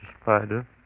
Spider